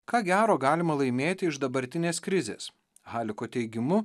ką gero galima laimėti iš dabartinės krizės haliko teigimu